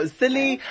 silly